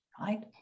Right